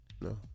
No